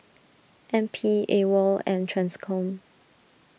N P Awol and Transcom